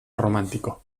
romántico